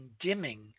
dimming